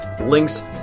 links